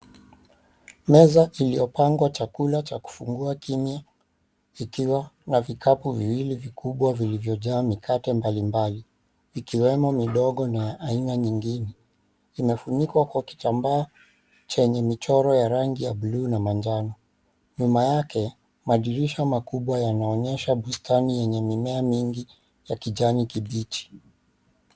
Meza iliyopangwa chakula cha kufungua kinywa, ikiwa na vikapu viwili vikubwa vilivyo jaa mikate mbalimbali, ikiwemo midogo na aina nyingine. Imefunikwa kwa 𝑘𝑖𝑡𝑎𝑚𝑏𝑎𝑎 chenye michoro ya rangi ya b𝑢luu na manjano. Nyuma yake madirisha makubwa yanaonyesha bustani yenye mimea mingi ya kijani kibichi.